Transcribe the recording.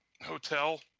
hotel